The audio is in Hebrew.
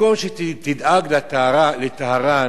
במקום שתדאג לטהרן,